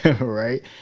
right